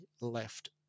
left